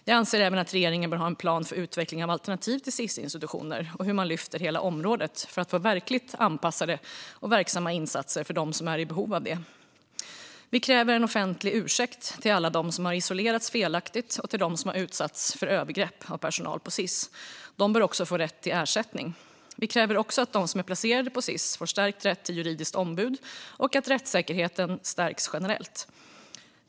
Jag anser även att regeringen behöver ha en plan för utveckling av alternativ till Sis-institutioner och hur man lyfter hela området för att få verkligt anpassade och verksamma insatser för dem som är i behov av det. Vi kräver en offentlig ursäkt till alla dem som har isolerats felaktigt och till dem som har utsatts för övergrepp av personal på Sis. De bör också få rätt till ersättning. Vi kräver också att de som är placerade på Sis får stärkt rätt till juridiskt ombud och att rättssäkerheten stärks generellt.